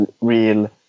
real